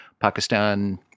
Pakistan